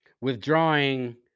Withdrawing